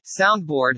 Soundboard